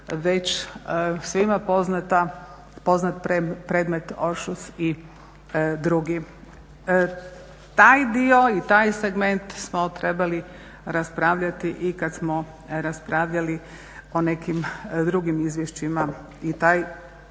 već svima poznat predmet Oršus i drugi. Taj dio i taj segment smo trebali raspravljati i kad smo raspravljali o nekim drugim izvješćima. I taj dio